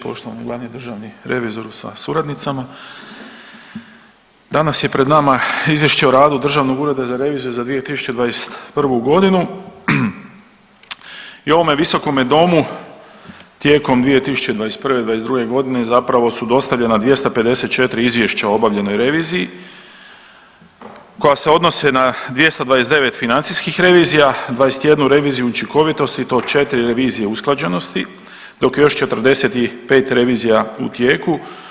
Poštovani glavni državni revizoru sa suradnicima, danas je pred nama Izvješće o radu Državnog ureda za reviziju za 2021. godinu i ovome visokome domu tijekom 2021., '22. godine zapravo su dostavljena 254 izvješća o obavljenoj reviziji koja se odnose na 229 financijskih revizija, 21 reviziju učinkovitosti i to 4 revizije usklađenosti, dok je još 45 revizija u tijeku.